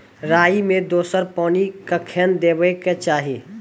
राई मे दोसर पानी कखेन देबा के चाहि?